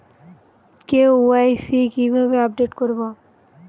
KYC কিভাবে update করব?